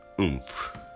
oomph